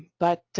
but